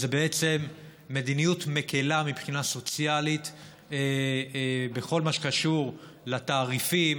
בעצם מדיניות מקילה מבחינה סוציאלית בכל מה שקשור לתעריפים.